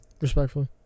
Respectfully